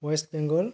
west Bengal